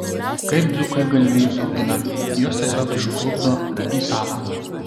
kaip dzūkai galvijus augina juos tiesiog išplukdo į salą